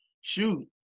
shoot